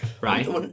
right